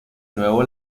nuevo